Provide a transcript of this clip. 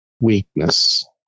weakness